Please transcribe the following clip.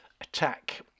attack